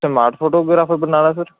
smart photographer Barnala sir